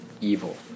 evil